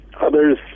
Others